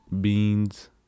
beans